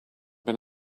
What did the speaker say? been